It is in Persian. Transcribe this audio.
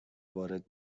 وارد